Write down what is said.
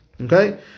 Okay